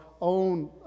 own